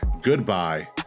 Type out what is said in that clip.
Goodbye